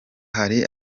hari